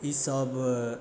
ईसब